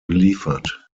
geliefert